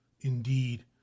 Indeed